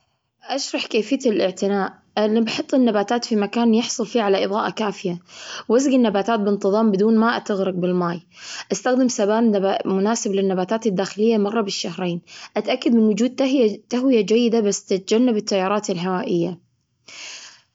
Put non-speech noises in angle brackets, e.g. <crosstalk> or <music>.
اشرح كيفية الاعتناء بالنباتات. بحط النباتات في مكان يحصل فيه على إضاءة كافية. وأسقي النباتات بانتظام، بدون ما تغرق بالمي. أستخدم <unintelligible> نبات مناسب للنباتات الداخلية مرة بالشهرين. أتأكد من تهوية-تهوية جيدة بس يتجنب التيارات الهوائية.